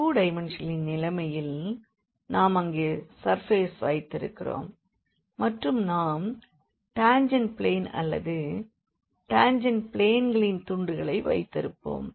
2 டைமென்ஷனலின் நிலைமையில் நாம் அங்கே சர்ஃபேஸ் வைத்திருக்கிறோம் மற்றும் நாம் டாஞ்செண்ட் பிளேன் அல்லது டாஞ்செண்ட் பிளேன்களின் துண்டுகளை வைத்திருப்போம்